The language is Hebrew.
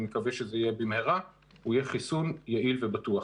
מקווה שזה יהיה במהרה הוא יהיה חיסון יעיל ובטוח,